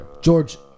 George